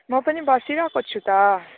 म पनि बसिरहेको छु त